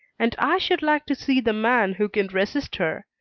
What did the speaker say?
and i should like to see the man who can resist her,